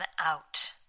out